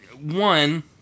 one